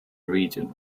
region